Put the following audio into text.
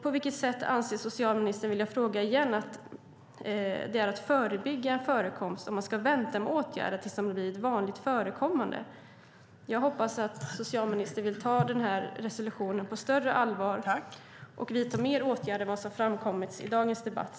På vilket sätt anser socialministern, vill jag fråga igen, att det är att förebygga förekomster om man ska vänta med åtgärder tills de blir vanligt förekommande? Jag hoppas att socialministern vill ta den här resolutionen på större allvar och vidta fler åtgärder än vad som framkommit i dagens debatt.